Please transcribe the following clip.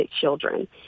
children